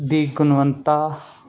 ਦੀ ਗੁਣਵਤਾ